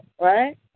right